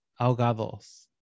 ahogados